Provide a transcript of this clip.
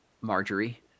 Marjorie